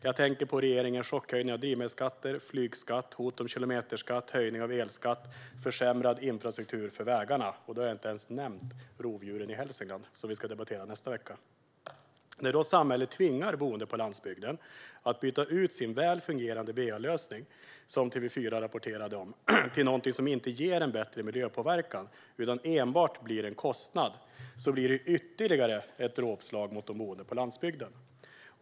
Jag tänker på regeringens chockhöjning av drivmedelsskatter, flygskatt, hot om kilometerskatt, höjning av elskatt och försämrad infrastruktur för vägarna. Då har jag inte ens nämnt rovdjuren i Hälsingland, som vi ska debattera nästa vecka. När samhället tvingar boende på landsbygden att byta ut sin väl fungerande va-lösning, som TV4 rapporterade om, till något som inte ger en bättre miljöpåverkan, utan enbart blir en kostnad, blir det ytterligare ett dråpslag mot de boende på landsbygden.